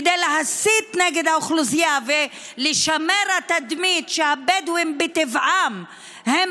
כדי להסית נגד האוכלוסייה ולשמר את התדמית שהבדואים מטבעם הם